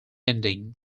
ending